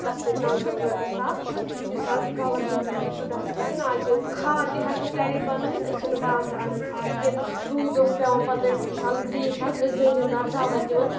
تَتھ پے نو نو رۄپیہِ ساس تہٕ یُس حظ گورمِنٹَن دِیُت سُہ ڈَسٹہٕ بِن آز چھِ کھاد تہِ ہیٚکان گَرے بَنٲیِتھ أسۍ چھِنہٕ بازرٕ اَنان کھاد کینٛہہ روٗد اوس پیٚوان پَتہٕ ٲسۍ مِثال گرٛیس حظ أسۍ زٔمیٖن دار دوا دِوان